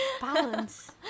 Balance